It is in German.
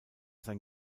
sein